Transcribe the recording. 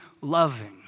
loving